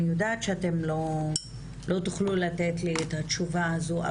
אני יודעת שאתם לא תוכלו לתת לי את התשובה הזו.